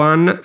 One